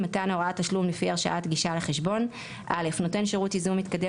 מתן הוראת תשלום לפי הרשאת גישה לחשבון 39ד. נותן שירות ייזום מתקדם